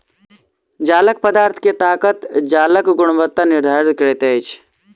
जालक पदार्थ के ताकत जालक गुणवत्ता निर्धारित करैत अछि